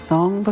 Song